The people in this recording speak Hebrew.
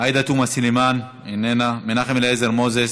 עאידה תומא סלימאן, איננה, מנחם אליעזר מוזס,